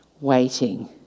waiting